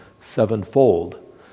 sevenfold